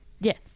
Yes